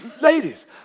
ladies